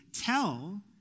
tell